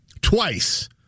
twice